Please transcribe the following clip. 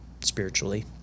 Spiritually